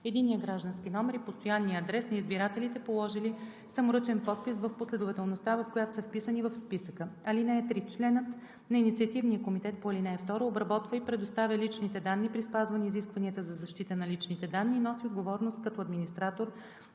единния граждански номер и постоянния адрес на избирателите, положили саморъчен подпис, в последователността, в която са вписани в списъка. (3) Членът на инициативния комитет по ал. 2 обработва и предоставя личните данни при спазване изискванията за защита на личните данни и носи отговорност като администратор